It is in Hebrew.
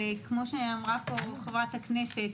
כמו שאמרה חברת הכנסת,